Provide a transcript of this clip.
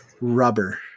rubber